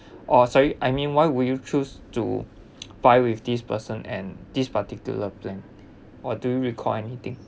oh sorry I mean why would you choose to buy with this person and this particular plan or do you recall anything